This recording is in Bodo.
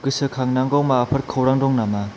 गोसोखांनांगौ माबाफोर खौरां दं नामा